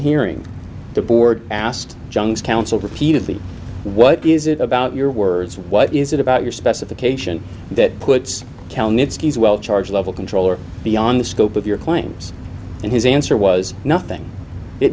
hearing the board asked junks counsel repeatedly what is it about your words what is it about your specification that puts counted skis well charge level control are beyond the scope of your claims and his answer was nothing it